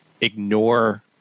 ignore